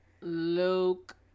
luke